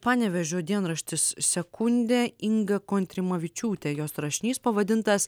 panevėžio dienraštis sekundė inga kontrimavičiūtė jos rašinys pavadintas